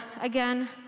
again